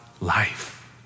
life